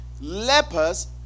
Lepers